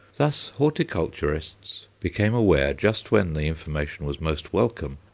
thus horticulturists became aware, just when the information was most welcome,